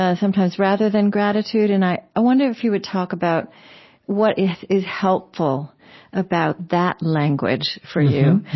ah sometimes, rather than gratitude. and i wonder if you would talk about what is is helpful about that language for you,